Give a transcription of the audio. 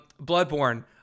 Bloodborne